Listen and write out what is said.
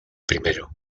primero